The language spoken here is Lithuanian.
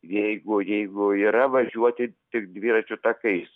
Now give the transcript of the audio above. jeigu jeigu yra važiuoti tik dviračių takais